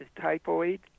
Typhoid